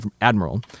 admiral